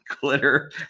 Glitter